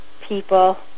people